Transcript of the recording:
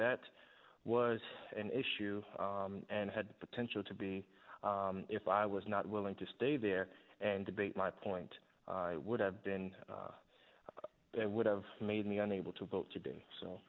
that was an issue and had the potential to be if i was not willing to stay there and debate my point i would have been it would have made me unable to vote today